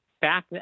back